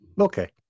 Okay